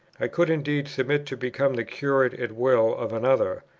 i could indeed submit to become the curate at will of another,